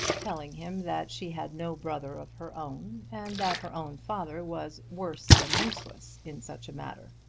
telling him that she had no brother of her own, and that her own father was worse than useless in such a matter.